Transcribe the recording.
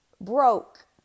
broke